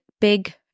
big